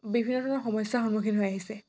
বিভিন্ন ধৰণৰ সমস্যা সন্মুখীন হৈ আহিছে